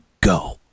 go